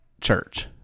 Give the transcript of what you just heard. church